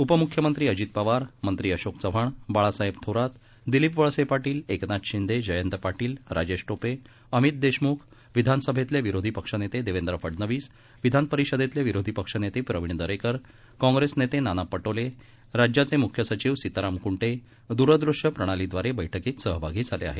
उपमुख्यमंत्री अजित पवार मंत्री अशोक चव्हाण बाळासाहेब थोरात दिलीप वळसे पाटील एकनाथ शिंदे जयंत पाटील राजेश टोपे अमित देशमुख विधान सभेतले विरोधी पक्षनेते देवेंद्र फडनवीस विधान परिषदतले विरोधी पक्षनेते प्रवीण दरेकर काँग्रेस नेते नाना पटोले राज्याचे मुख्य सचिव सीताराम कुंटे द्रदृश्य प्रणालीब्रारे बैठकीत सहभागी झाले आहेत